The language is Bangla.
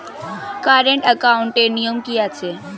কারেন্ট একাউন্টের নিয়ম কী আছে?